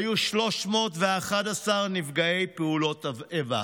היו 311 נפגעי פעולות איבה,